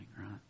right